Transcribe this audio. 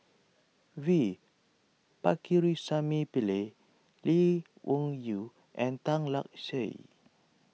V Pakirisamy Pillai Lee Wung Yew and Tan Lark Sye